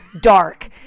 dark